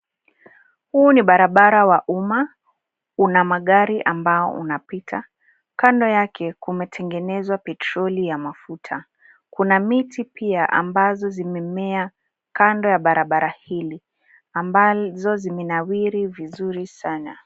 Huu ni barabara wa umma. Una magari ambao unapita. Kando yake kumetengenezwa petroli ya mafuta. Kuna miti pia ambazo zimemea kando ya barabara hili ambazo zimenawiri vizuri sana.